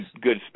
good